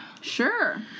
Sure